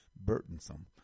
burdensome